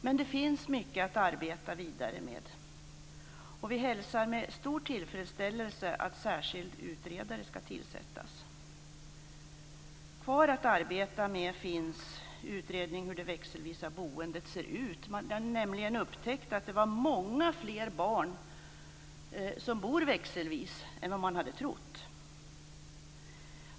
Men det finns mycket att arbeta vidare med. Vi hälsar med stor tillfredsställelse att en särskild utredare skall tillsättas. Kvar att arbeta med finns utredning av hur det växelvisa boendet ser ut. Det har nämligen upptäckts att många fler barn bor växelvis än vad man hade trott.